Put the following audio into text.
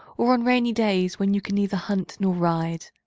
or on rainy days when you can neither hunt nor ride.